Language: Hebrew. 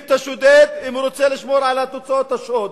את השודד אם הוא רוצה לשמור על תוצאות השוד.